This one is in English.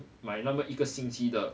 买那么一个星期的